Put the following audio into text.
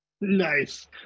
Nice